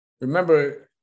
remember